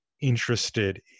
interested